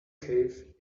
cave